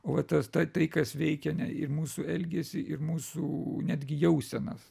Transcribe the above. o va tas tai kas veikia ne ir mūsų elgesį ir mūsų netgi jausenas